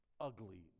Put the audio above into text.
ugly